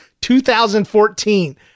2014